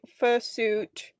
fursuit